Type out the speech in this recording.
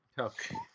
Okay